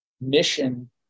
mission